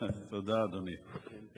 תודה, אדוני.